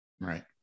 Right